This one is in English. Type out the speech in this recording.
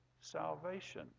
salvation